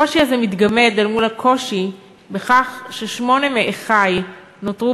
הקושי הזה מתגמד אל מול הקושי בכך ששמונה מאחי נותרו